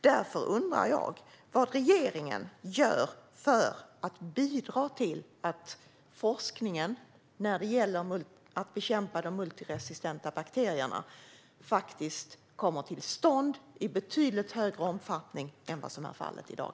Därför undrar jag vad regeringen gör för att bidra till att forskningen för att bekämpa de multiresistenta bakterierna faktiskt kommer till stånd i betydligt större omfattning än vad som är fallet i dag.